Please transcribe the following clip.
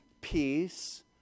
peace